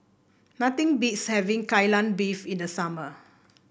nothing beats having Kai Lan Beef in the summer